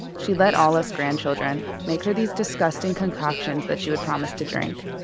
she'd let all us grandchildren make her these disgusting concoctions that she would promise to drink.